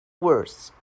worse